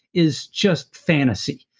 is just fantasy.